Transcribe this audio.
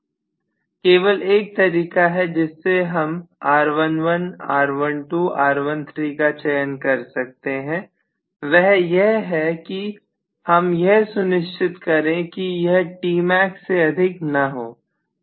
professor केवल एक तरीका है जिससे हम R11 R12 R13 का चयन कर सकते हैं रहे यह है कि हम यह सुनिश्चित करें कि यह Tmax से अधिक ना हो